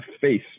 face